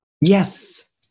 Yes